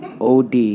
OD